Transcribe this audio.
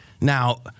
Now